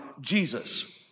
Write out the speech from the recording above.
Jesus